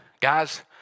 guys